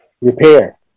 repair